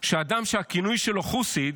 שאדם שהכינוי שלו "חוסיד",